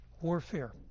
warfare